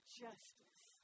justice